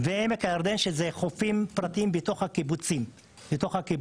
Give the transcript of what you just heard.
ועמק הירדן כשזה חופים פרטיים בתוך הקיבוצים שם,